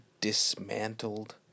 dismantled